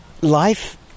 life